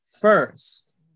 first